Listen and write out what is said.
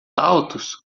altos